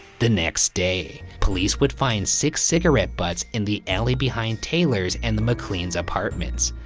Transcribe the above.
the next day, police would find six cigarette butts in the alley behind taylor's and the maclean's apartments.